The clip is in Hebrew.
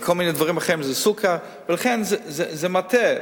לכן זה מטעה.